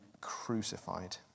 crucified